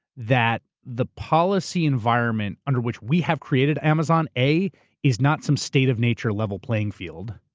that the policy environment under which we have created amazon, a is not some state of nature level playing field,